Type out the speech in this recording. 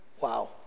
wow